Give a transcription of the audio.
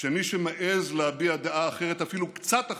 כשמי שמעז להביע דעה אחרת, אפילו קצת אחרת,